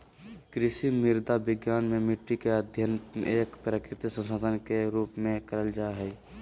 कृषि मृदा विज्ञान मे मट्टी के अध्ययन एक प्राकृतिक संसाधन के रुप में करल जा हई